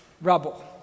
rubble